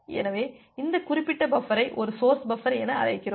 எனவே இந்த குறிப்பிட்ட பஃபரை ஒரு சொர்ஸ் பஃபர் என அழைக்கிறோம்